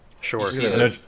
Sure